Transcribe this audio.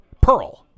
Pearl